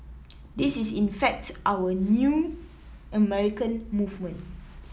this is in fact our new American movement